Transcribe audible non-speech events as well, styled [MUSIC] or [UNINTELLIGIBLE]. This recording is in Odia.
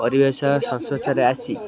ପରିବେଶ [UNINTELLIGIBLE] ଆସି